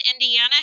Indiana